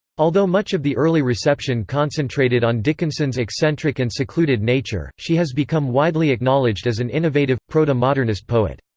although much of the early reception concentrated on dickinson's eccentric and secluded nature, she has become widely acknowledged as an innovative, proto-modernist poet.